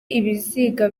ibiziga